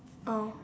oh